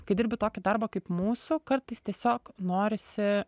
kai dirbi tokį darbą kaip mūsų kartais tiesiog norisi